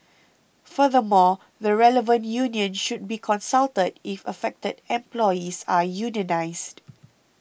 furthermore the relevant union should be consulted if affected employees are unionised